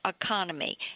economy